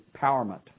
empowerment